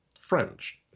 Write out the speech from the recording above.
French